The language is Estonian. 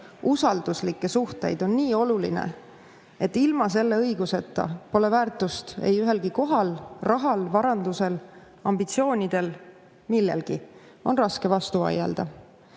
usalduslikke suhteid on nii oluline, et ilma selle õiguseta pole väärtust ühelgi kohal, rahal, varandusel, ambitsioonidel – millelgi. On raske vastu